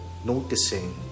Noticing